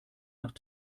nach